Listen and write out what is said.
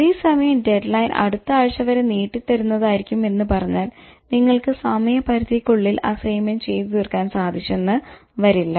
അതെസമയം deadline അടുത്ത ആഴ്ച വരെ നീട്ടി തരുന്നതായിരിക്കും എന്ന് പറഞ്ഞാൽ നിങ്ങൾക്ക് സമയപരിധിക്കുള്ളിൽ അസൈൻമെന്റ് ചെയ്തു തീർക്കാൻ സാധിച്ചെന്ന് വരില്ല